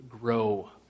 grow